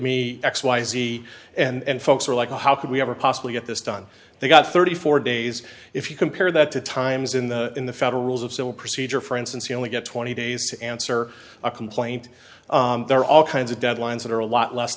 me x y z and folks are like oh how could we ever possibly get this done they got thirty four days if you compare that to times in the in the federal rules of civil procedure for instance you only get twenty days to answer a complaint there are all kinds of deadlines that are a lot less